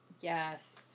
Yes